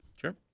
Sure